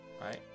right